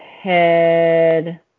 head